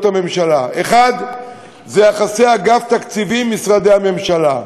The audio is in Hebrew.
הממשלה: 1. יחסי אגף תקציבים משרדי הממשלה.